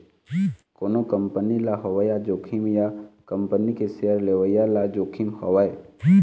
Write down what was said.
कोनो कंपनी ल होवय जोखिम या ओ कंपनी के सेयर लेवइया ल जोखिम होवय